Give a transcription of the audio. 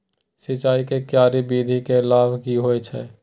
सिंचाई के क्यारी विधी के लाभ की होय छै?